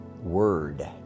word